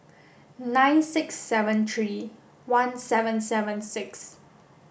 nine six seven three one seven seven six